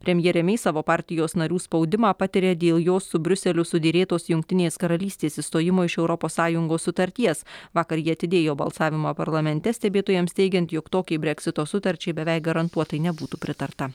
premjerė mei savo partijos narių spaudimą patiria dėl jos su briuseliu sudėrėtos jungtinės karalystės išstojimo iš europos sąjungos sutarties vakar ji atidėjo balsavimą parlamente stebėtojams teigiant jog tokiai breksito sutarčiai beveik garantuotai nebūtų pritarta